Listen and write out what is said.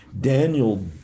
Daniel